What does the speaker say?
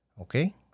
Okay